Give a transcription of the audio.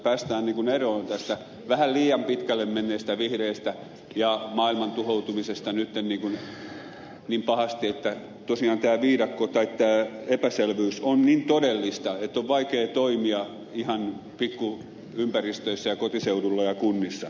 päästään eroon näistä vähän liian pitkälle menneistä vihreistä ja maailman tuhoutumisesta nyt niin pahasti että tosiaan tämä viidakko tai tämä epäselvyys on niin todellista että on vaikea toimia ihan pikkuympäristöissä ja kotiseudulla ja kunnissa